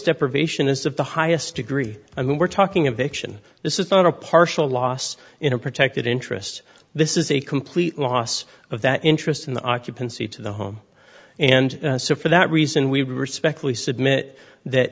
deprivation is of the highest degree i mean we're talking of action this is not a partial loss in a protected interest this is a complete loss of that interest in the occupancy to the home and so for that reason we respectfully submit that